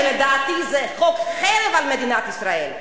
שלדעתי זה חוק חרם על מדינת ישראל,